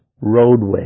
roadway